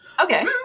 Okay